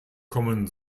kommen